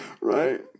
Right